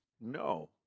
No